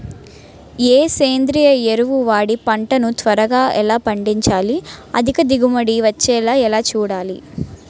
ఏ సేంద్రీయ ఎరువు వాడి పంట ని త్వరగా ఎలా పండించాలి? అధిక దిగుబడి వచ్చేలా ఎలా చూడాలి?